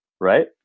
right